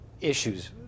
issues